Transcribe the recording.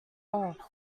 off